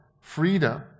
freedom